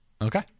Okay